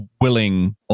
willing